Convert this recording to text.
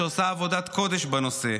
שעושה עבודת קודש בנושא,